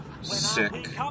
sick